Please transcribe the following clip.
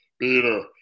Peter